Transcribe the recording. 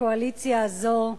הקואליציה הזאת,